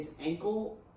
ankle